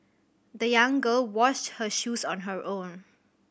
the young girl washed her shoes on her own